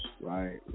Right